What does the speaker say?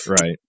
Right